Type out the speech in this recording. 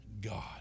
God